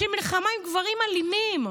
יש לי מלחמה עם גברים אלימים.